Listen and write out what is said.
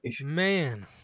Man